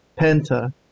Penta